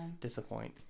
Disappoint